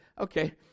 Okay